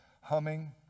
humming